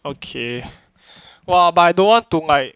okay !wah! but I don't want to like